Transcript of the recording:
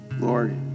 Lord